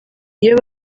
iyo